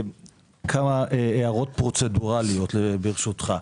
כמה הערות פרוצדורליות, ברשותך: